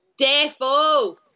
Defo